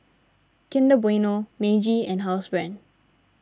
Kinder Bueno Meiji and Housebrand